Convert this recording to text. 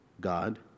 God